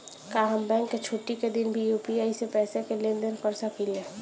का हम बैंक के छुट्टी का दिन भी यू.पी.आई से पैसे का लेनदेन कर सकीले?